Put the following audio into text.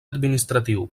administratiu